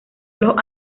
los